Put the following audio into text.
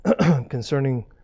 concerning